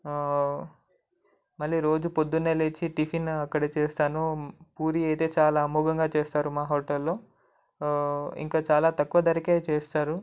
మళ్ళీ రోజు పొద్దున్నే లేచి టిఫిన్ అక్కడ చేస్తాను పూరి అయితే చాలా అమోఘంగా చేస్తారు మా హోటలో ఇంకా చాలా తక్కువ ధరకు చేస్తారు